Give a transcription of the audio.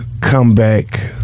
comeback